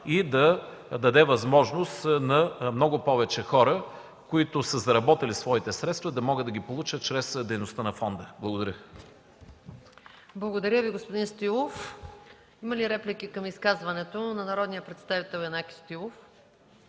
и да даде възможност на много повече хора, които са заработили своите средства, да ги получат чрез дейността на фонда. Благодаря Ви. ПРЕДСЕДАТЕЛ МАЯ МАНОЛОВА: Благодаря Ви, господин Стоилов. Има ли реплики към изказването на народния представител Янаки Стоилов?